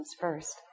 first